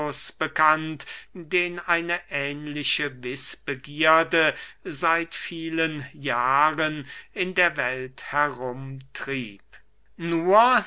bekannt den eine ähnliche wißbegierde seit vielen jahren in der welt herum trieb nur